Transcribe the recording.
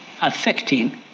affecting